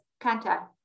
Kanta